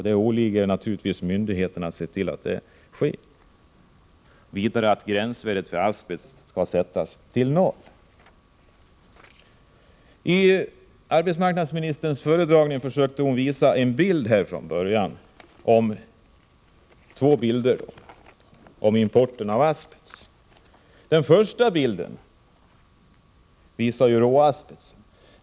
Det åligger naturligtvis myndigheterna att se till att detta sker. Vidare anser vi att gränsvärdet för asbest skall sättas till noll. Arbetsmarknadsministern försökte i sitt svar visa upp två bilder när det gäller importen av asbest. Den första bilden avsåg råasbest.